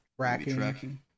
tracking